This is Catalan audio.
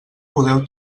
podeu